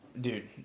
Dude